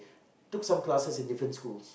took some classes in different school